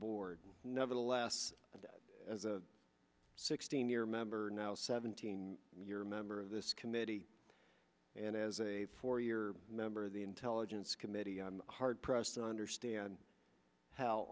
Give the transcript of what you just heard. board nevertheless and as a sixteen year member now seventeen you're a member of this committee and as a four year member of the intelligence committee i'm hard pressed to understand how